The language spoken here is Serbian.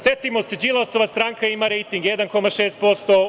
Setimo se, Đilasova stranka ima rejting 1,6%